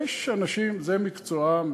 יש אנשים, זה מקצועם,